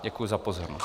Děkuji za pozornost.